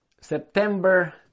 September